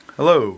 Hello